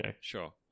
sure